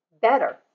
better